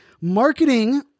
marketing